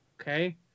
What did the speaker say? Okay